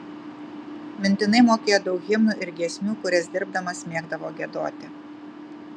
mintinai mokėjo daug himnų ir giesmių kurias dirbdamas mėgdavo giedoti